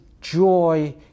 joy